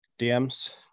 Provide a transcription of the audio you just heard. DMs